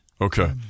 Okay